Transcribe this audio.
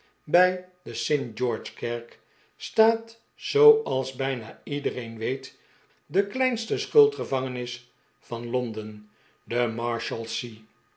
bij de st george kerk staat zooals bijna iedereen weet de kleinste schuldgevangenis van londen de marshalsea